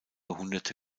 hundert